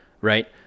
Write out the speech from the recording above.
Right